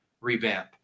revamp